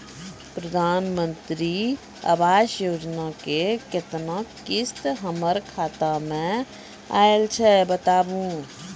प्रधानमंत्री मंत्री आवास योजना के केतना किस्त हमर खाता मे आयल छै बताबू?